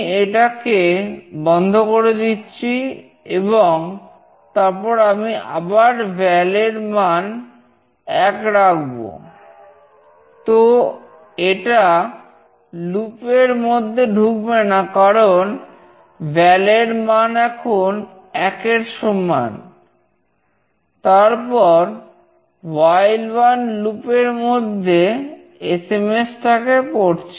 এবার লুপ টাকে পড়ছি